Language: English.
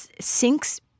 sinks